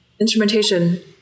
instrumentation